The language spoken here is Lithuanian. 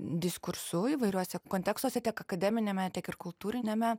diskursu įvairiuose kontekstuose tiek akademiniame tiek ir kultūriniame